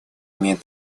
имеет